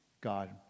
God